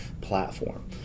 platform